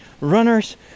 runners